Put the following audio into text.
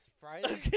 Friday